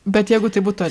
bet jeigu tai būtų